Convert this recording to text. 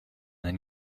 den